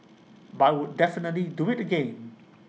but would definitely do IT again